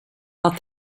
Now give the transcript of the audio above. but